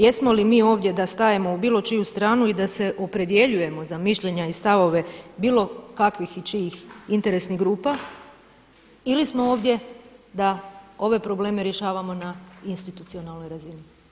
Jesmo li mi ovdje da stajemo u bilo čiju stranu i da se opredjeljujemo za mišljenja i stavove bilo kakvih i čijih interesnih grupa ili smo ovdje da ove probleme rješavamo na institucionalnoj razini.